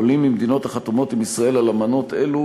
עולים ממדינות החתומות עם ישראל על אמנות אלו